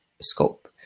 scope